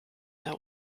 der